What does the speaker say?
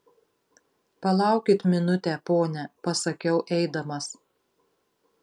palaukit minutę pone pasakiau eidamas